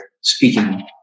speaking